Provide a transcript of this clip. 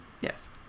Yes